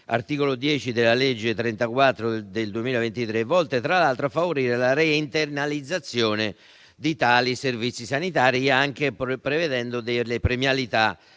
(articolo 10 del decreto-legge n. 34 del 2023) volte, tra l'altro, a favorire la re-internalizzazione dei servizi sanitari, anche prevedendo delle premialità